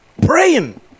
praying